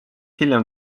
hiljem